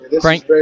frank